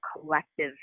collective